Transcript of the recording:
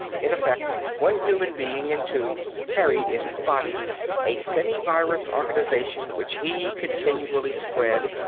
in effect, one human being in two carried in his body a semi-virus organization which he continually spread,